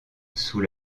sous